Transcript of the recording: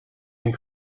and